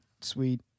Sweet